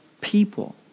people